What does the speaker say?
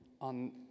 on